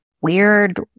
weird